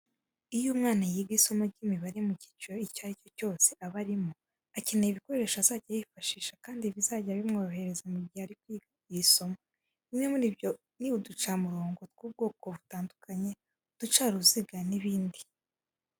Iyo umwana yiga isomo ry'imibare mu cyiciro icyo ari cyo cyose aba arimo, akenera ibikoresho azajya yifashisha kandi bizajya bimworohereza mu gihe ari kwiga iri somo, bimwe muri byo ni uducamurongo tw'ubwoko butandukanye, uducaruziga, n'ibindi.